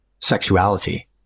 sexuality